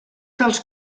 dels